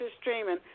streaming